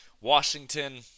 Washington